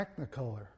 technicolor